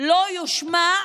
לא יושמע,